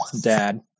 dad